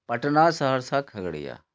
Patna Saharsa Khagaria